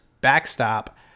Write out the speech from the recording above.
backstop